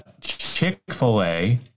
Chick-fil-A